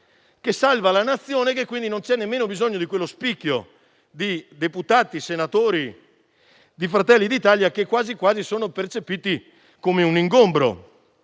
che salva la Nazione e quindi non c'è nemmeno bisogno di quello spicchio di deputati e senatori di Fratelli d'Italia che quasi sono percepiti come un ingombro,